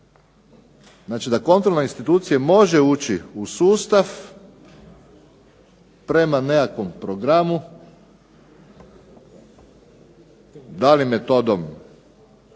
znači da kontrolna institucija može ući u sustav prema nekakvom programu, da li metodom